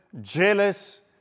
jealous